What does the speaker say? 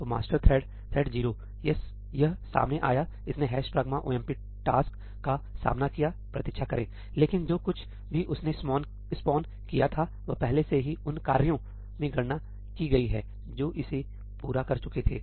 तो master thread thread 0 यह सामने आया इसने हैश प्रागम ओएमपी टास्क का सामना किया प्रतीक्षा करें लेकिन जो कुछ भी उसने स्पॉनकिया था वह पहले से ही उन कार्यों में गणना की गई है जो इसे पूरा कर चुके थे